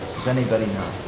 does anybody know?